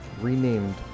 renamed